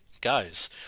guys